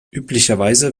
üblicherweise